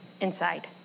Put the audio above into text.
inside